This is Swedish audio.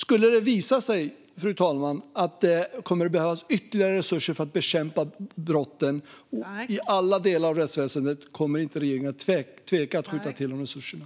Skulle det visa sig, fru talman, att det behövs ytterligare resurser till alla delar av rättsväsendet för att bekämpa brotten kommer regeringen inte att tveka att skjuta till de resurserna.